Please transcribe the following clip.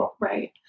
Right